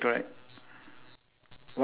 ya ya correct got two